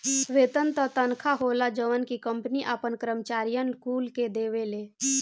वेतन उ तनखा होला जवन की कंपनी आपन करम्चारिअन कुल के देवेले